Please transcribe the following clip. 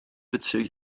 bezirk